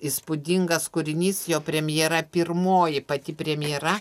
įspūdingas kūrinys jo premjera pirmoji pati premjera